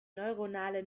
neuronale